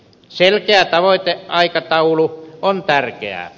selkeä tavoiteaikataulu on tärkeä